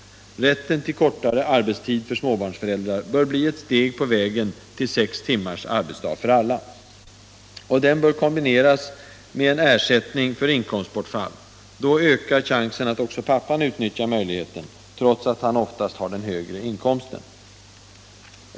Rätten till kortare arbetstid för småbarnsföräldrar bör bli ett steg på vägen till sex timmars arbetsdag för alla, och den bör kombineras med ersättning för inkomstbortfall. Då ökar chansen att också pappan utnyttjar möjligheten, trots att han oftast har den högre inkomsten.